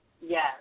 Yes